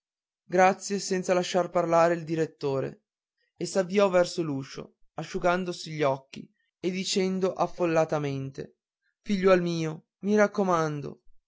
grazie senza lasciar parlare il direttore e s'avviò verso l'uscio asciugandosi gli occhi e dicendo affollatamente figliuol mio mi raccomando